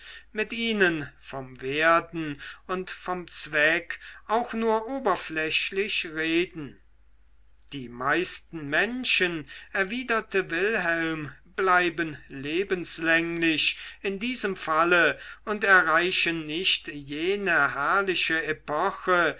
mit ihnen vom werden und vom zweck auch nur oberflächlich reden die meisten menschen erwiderte wilhelm bleiben lebenslänglich in diesem falle und erreichen nicht jene herrliche epoche